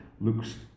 looks